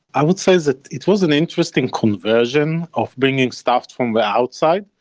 i would say that it was an interesting conversion of bringing stuff from the outside.